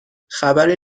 خبری